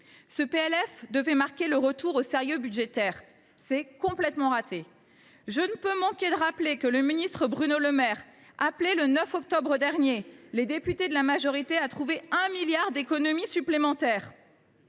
devait marquer le retour au sérieux budgétaire. C’est complètement raté ! Je ne peux manquer de rappeler que le ministre Bruno Le Maire… Il est où ?… appelait, le 9 octobre dernier, les députés de la majorité à trouver 1 milliard d’euros d’économies supplémentaires.